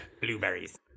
blueberries